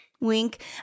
Wink